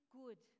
good